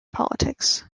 politics